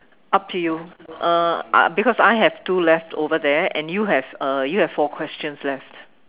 up to you uh because I have two left over there and you have uh you have four questions left